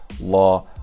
Law